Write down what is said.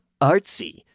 artsy